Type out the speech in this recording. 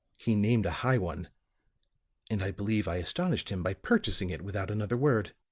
he named a high one and i believe i astonished him by purchasing it without another word.